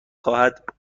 خواد